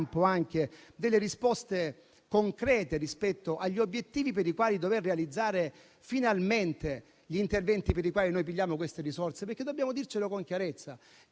anche risposte concrete rispetto agli obiettivi per i quali dover realizzare finalmente gli interventi per i quali riceviamo queste risorse. Dobbiamo, infatti, dirci con chiarezza che